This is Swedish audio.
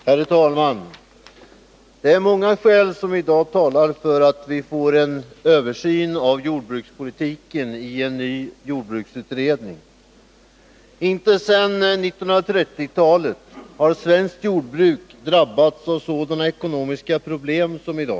Herr talman! Det är många skäl som i dag talar för en översyn av jordbrukspolitiken i en ny jordbruksutredning. Inte sedan 1930-talet har svenskt jordbruk drabbats av sådana ekonomiska problem som i dag.